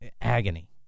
agony